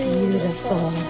beautiful